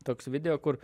toks video kur